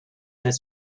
n’est